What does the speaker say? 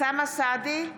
אוסאמה סעדי,